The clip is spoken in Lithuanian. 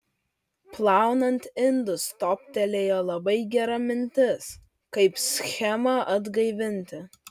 plaunant indus toptelėjo labai gera mintis kaip schemą atgaivinti